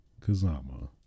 Kazama